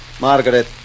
Margaret